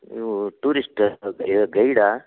ನೀವು ಟೂರಿಸ್ಟ್ ಗೈಡಾ